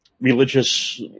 religious